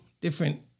different-